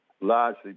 largely